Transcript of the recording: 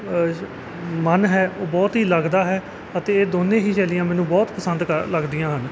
ਮਨ ਹੈ ਉਹ ਬਹੁਤ ਹੀ ਲੱਗਦਾ ਹੈ ਅਤੇ ਇਹ ਦੋਨੇ ਹੀ ਸ਼ੈਲੀਆਂ ਮੈਨੂੰ ਬਹੁਤ ਪਸੰਦ ਕ ਲੱਗਦੀਆਂ ਹਨ